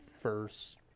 first